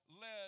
led